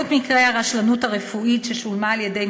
1. עלות מקרי הרשלנות הרפואית ששולמה על-ידי